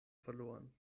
verloren